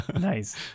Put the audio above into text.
Nice